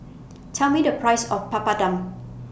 Tell Me The Price of Papadum